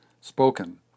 spoken